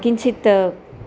किञ्चित्